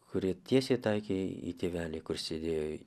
kuri tiesiai taikė į tėvelį kur sėdėjo į